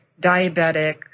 diabetic